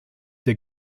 der